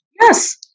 yes